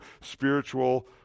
spiritual